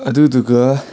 ꯑꯗꯨꯗꯨꯒ